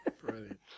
Brilliant